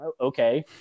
Okay